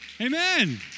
Amen